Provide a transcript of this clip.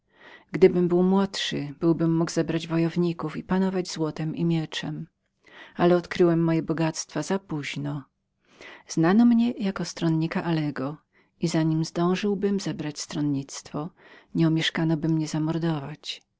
gdybym był młodszym byłbym mógł zebrać wojowników i panować złotem i mieczem ale odkryłem moje bogactwa za poźno znano mnie jako stronnika alego i jeszcze przed możnością zebrania stronnictwa nieomieszkano by mnie zamordować